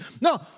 No